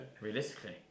Realistically